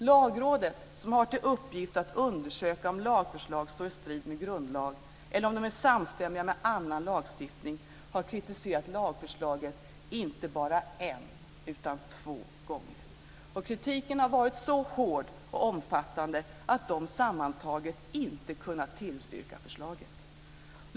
Lagrådet, som har till uppgift att undersöka om lagförslag står i strid med grundlag eller om de är samstämmiga med annan lagstiftning, har kritiserat lagförslaget inte bara en utan två gånger. Och kritiken har varit så hård och omfattande att Lagrådet sammantaget inte kunnat tillstyrka förslaget.